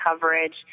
coverage